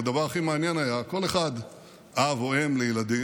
אבל הדבר הכי מעניין היה: כל אחד אב או אם לילדים,